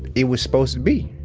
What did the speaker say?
it was supposed to be